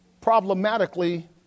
problematically